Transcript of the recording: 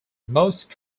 most